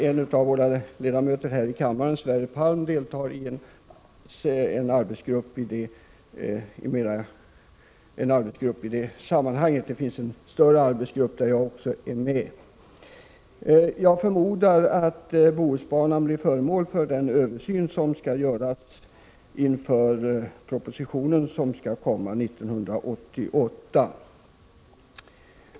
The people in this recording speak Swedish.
En av våra ledamöter här i kammaren, Sverre Palm, deltar i denna arbetsgrupp. Det finns också en större arbetsgrupp, där jag är med. Jag förmodar för övrigt att Bohusbanan blir föremål för den översyn som skall göras inför propositionen som skall komma 1988.